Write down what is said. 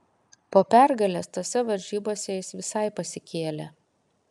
po pergalės tose varžybose jis visai pasikėlė